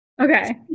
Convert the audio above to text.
Okay